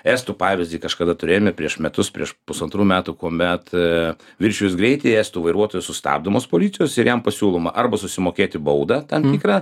estų pavyzdį kažkada turėjome prieš metus prieš pusantrų metų kuomet viršijus greitį estų vairuotojas sustabdomas policijos ir jam pasiūloma arba susimokėti baudą tam tikrą